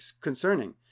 concerning